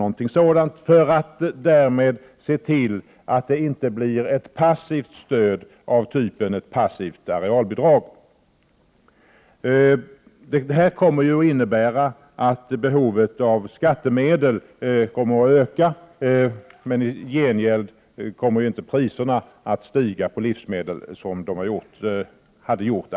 Det gäller ju att på det sättet se till att det inte blir ett passivt stöd av typen passivt arealbidrag. Det här kommer att innebära att behovet av skattemedel kommer att bli större. Men i gengäld kommer priserna på livsmedel inte att stiga på samma sätt som de annars skulle ha gjort.